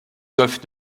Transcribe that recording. golfe